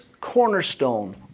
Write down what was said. cornerstone